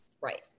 Right